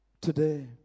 today